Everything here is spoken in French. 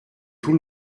tout